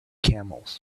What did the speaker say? camels